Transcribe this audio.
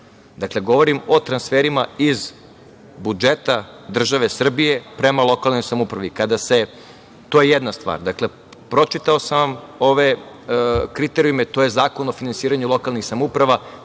zaštiti. Govorim o transferima iz budžeta države Srbije prema lokalnoj samoupravi. To je jedna stvar. Pročitao sam vam ove kriterijume. To je Zakon o finansiranju lokalnih samouprava.